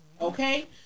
okay